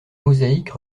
mosaïque